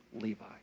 Levi